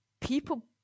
people